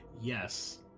Yes